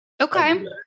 Okay